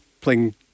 playing